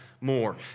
more